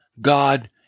God